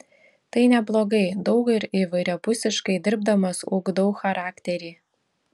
tai neblogai daug ir įvairiapusiškai dirbdamas ugdau charakterį